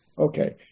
Okay